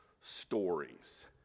stories